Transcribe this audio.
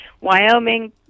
Wyoming